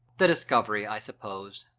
the discovery, i suppose,